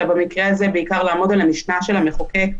אלא במקרה הזה בעיקר לעמוד על המשנה של המחוקק,